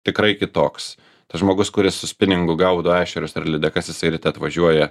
tikrai kitoks tas žmogus kuris su spiningu gaudo ešerius ar lydekas jisai ryte atvažiuoja